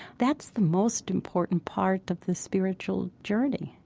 that's the most important part of the spiritual journey.